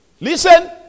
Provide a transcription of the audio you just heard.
Listen